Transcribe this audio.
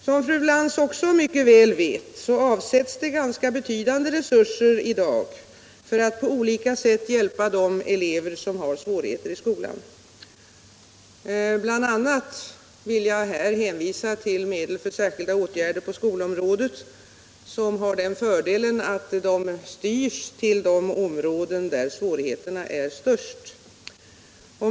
Som fru Lantz också mycket väl vet avsätts det ganska betydande resurser i dag för att på olika sätt hjälpa de elever som har svårigheter i skolan. Här vill jag bl.a. hänvisa till medel för särskilda åtgärder på skolområdet, som har den fördelen att de styrs till de områden där svårigheterna är störst.